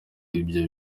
ibyo